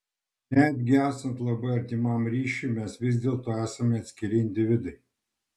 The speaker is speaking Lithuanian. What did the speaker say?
netgi esant labai artimam ryšiui mes vis dėlto esame atskiri individai